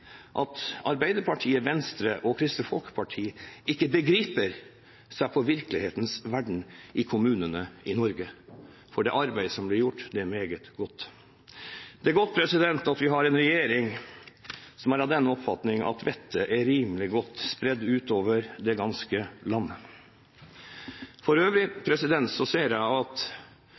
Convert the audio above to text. at Arbeiderpartiet, Venstre og Kristelig Folkeparti ikke begriper seg på virkelighetens verden i kommunene i Norge, for det arbeidet som blir gjort, er meget godt. Det er godt at vi har en regjering som er av den oppfatning at vettet er rimelig godt spredd utover det ganske land. For øvrig